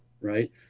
right